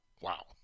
wow